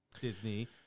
Disney